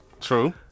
True